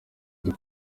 uri